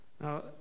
now